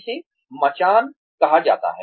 इसे मचान कहा जाता है